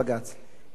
איך יכול להיות